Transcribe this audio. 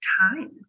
time